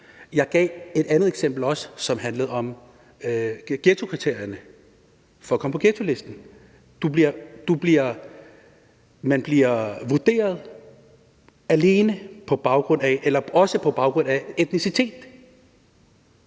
Jeg gav også et andet eksempel, som handlede om ghettokriterierne for at komme på ghettolisten. Man bliver vurderet også på baggrund af etnicitet.